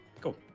Cool